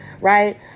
Right